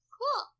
Cool